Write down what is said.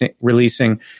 releasing